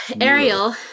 Ariel